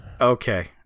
Okay